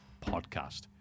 podcast